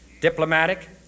diplomatic